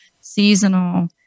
seasonal